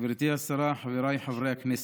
גברתי השרה, חבריי חברי הכנסת,